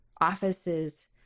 offices